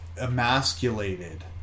emasculated